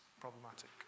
problematic